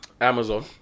Amazon